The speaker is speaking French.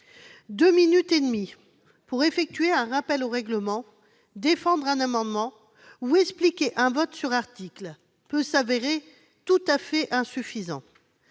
Deux minutes et demie pour effectuer un rappel au règlement, défendre un amendement ou expliquer un vote sur article peut se révéler tout à fait insuffisant.